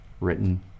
written